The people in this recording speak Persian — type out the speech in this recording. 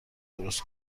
درست